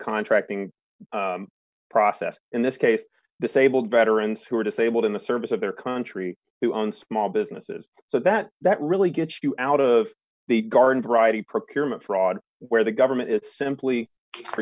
contracting process in this case the sable veterans who are disabled in the service of their country who own small businesses so that that really gets you out of the garden variety procurement fraud where the government it's simply for